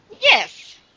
Yes